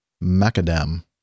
macadam